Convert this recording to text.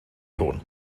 hwn